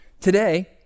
Today